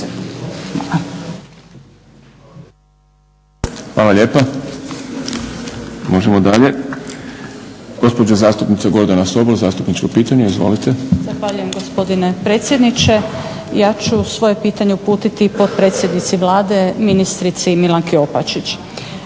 Hvala lijepa. Možemo dalje. Gospođa zastupnica Gordana Sobol, zastupničko pitanje. Izvolite. **Sobol, Gordana (SDP)** Zahvaljujem gospodine predsjedniče. Ja ću svoje pitanje uputiti potpredsjednici Vlade, ministrici Milanki Opačić.